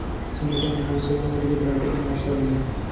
सुनीता ने आज सुबह मूली के पराठे का नाश्ता दिया